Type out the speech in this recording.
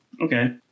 Okay